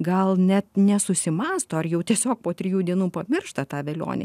gal net nesusimąsto ar jau tiesiog po trijų dienų pamiršta tą velionį